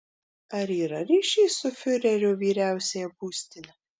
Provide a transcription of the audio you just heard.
ar yra ryšys su fiurerio vyriausiąja būstine